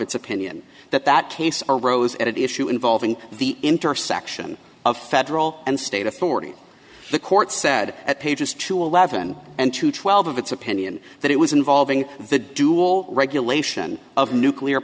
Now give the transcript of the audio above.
its opinion that that case arose at issue involving the intersection of federal and state authority the court said at pages two eleven and two twelve of its opinion that it was involving the dual regulation of nuclear